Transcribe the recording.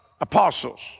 apostles